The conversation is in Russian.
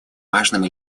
важным